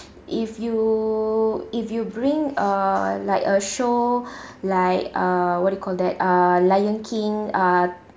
if you if you bring uh like a show like uh what you call that uh lion king uh